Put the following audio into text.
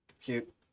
Cute